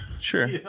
Sure